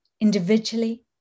individually